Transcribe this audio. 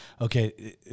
okay